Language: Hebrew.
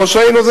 כמו שהיינו,